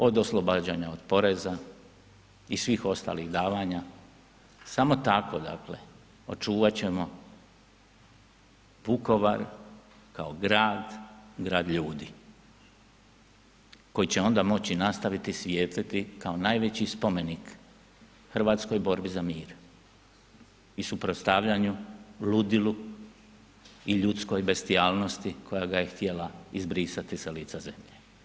Od oslobađanja od poreza i svih ostalih davanja, samo tako dakle očuva ćemo Vukovar kao grad, grad ljudi koji će onda moći nastaviti svijetliti kao najveći spomenik hrvatskoj borbi za mir i suprotstavljanju, ludilu i ljudskoj bestijalnosti koja ga je htjela izbrisati sa lica zemlje.